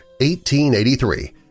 1883